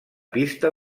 pista